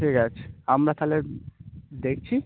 ঠিক আছে আমরা তাহলে দেখছি